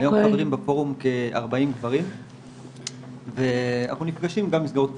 היום חברים בפורום כ-40 גברים ואנחנו נפגשים גם במסגרות קבוצתיות,